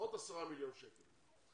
לפחות עשרה מיליון שקל.